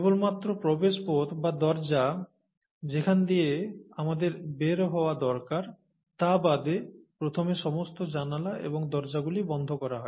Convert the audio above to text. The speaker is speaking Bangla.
কেবলমাত্র প্রবেশপথ বা দরজা যেখান দিয়ে আমাদের বের হওয়া দরকার তা বাদে প্রথমে সমস্ত জানালা এবং দরজাগুলি বন্ধ করা হয়